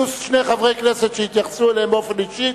ועוד שני חברי כנסת שהתייחסו אליהם באופן אישי,